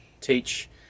teach